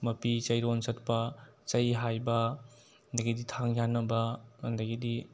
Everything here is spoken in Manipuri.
ꯃꯄꯤ ꯆꯩꯔꯣꯟ ꯆꯠꯄ ꯆꯩ ꯍꯥꯏꯕ ꯑꯗꯒꯤꯗꯤ ꯊꯥꯡ ꯌꯥꯟꯅꯕ ꯑꯗꯒꯤꯗꯤ